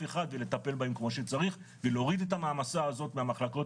אדם ולטפל בהם כמו שצריך ולהוריד את המעמסה הזאת מהמחלקות